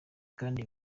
kandi